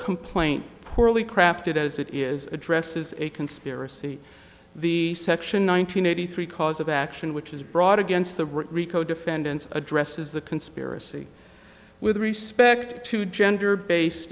complaint poorly crafted as it is addresses a conspiracy the section one thousand nine hundred three cause of action which is brought against the rico defendants addresses the conspiracy with respect to gender base